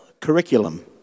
curriculum